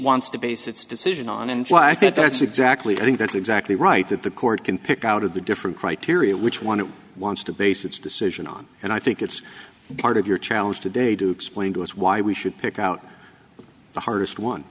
wants to base its decision on and i think that's exactly i think that's exactly right that the court can pick out of the different criteria which one it wants to base its decision on and i think it's part of your challenge today to explain to us why we should pick out the hardest one